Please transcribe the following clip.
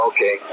Okay